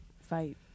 fight